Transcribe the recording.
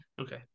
Okay